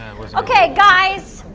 ok, guys!